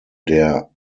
der